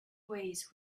ways